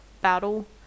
battle